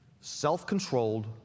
self-controlled